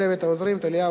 ולצוות העוזרים טליה,